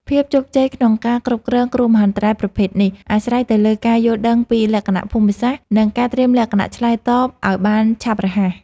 ភាពជោគជ័យក្នុងការគ្រប់គ្រងគ្រោះមហន្តរាយប្រភេទនេះ អាស្រ័យទៅលើការយល់ដឹងពីលក្ខណៈភូមិសាស្ត្រ និងការត្រៀមលក្ខណៈឆ្លើយតបឱ្យបានឆាប់រហ័ស។